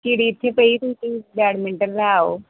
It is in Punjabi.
ਚਿੜੀ ਇੱਥੇ ਪਈ ਤੁਸੀਂ ਬੈਡਮਿੰਟਨ ਲੈ ਆਓ